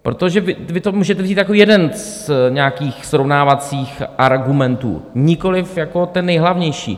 Protože vy to můžete vzít jako jeden z nějakých srovnávacích argumentů, nikoliv jako ten nejhlavnější.